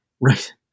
right